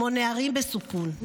כמו נערים בסיכון,